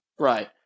Right